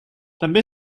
també